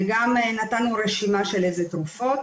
וגם נתנו רשימה של איזה תרופות